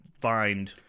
find